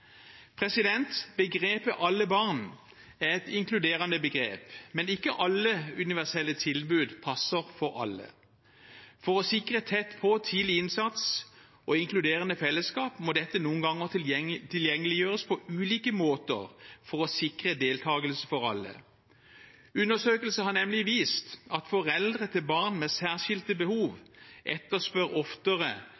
Begrepet «alle barn» er et inkluderende begrep, men ikke alle universelle tilbud passer for alle. For å sikre tett på, tidlig innsats og inkluderende fellesskap må dette noen ganger tilgjengeliggjøres på ulike måter for å sikre deltakelse for alle. Undersøkelser har nemlig vist at foreldre til barn med særskilte behov